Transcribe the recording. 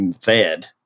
fed